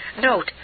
Note